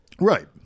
Right